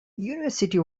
university